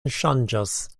ŝanĝas